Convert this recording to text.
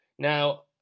Now